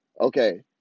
okay